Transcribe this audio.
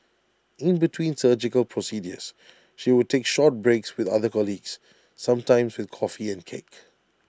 in between surgical procedures she would take short breaks with other colleagues sometimes with coffee and cake